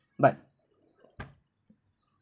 but